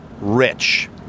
rich